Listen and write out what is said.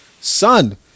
son